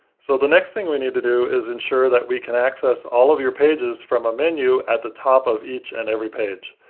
so the next thing we need to do is ensure that we can access all of your pages from a menu at the top of each and every page.